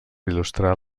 il·lustrar